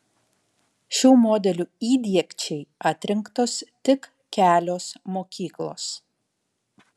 šių modelių įdiegčiai atrinktos tik kelios mokyklos